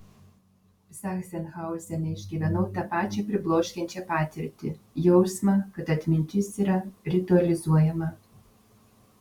zachsenhauzene išgyvenau tą pačią pribloškiančią patirtį jausmą kad atmintis yra ritualizuojama